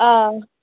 آ